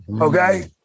Okay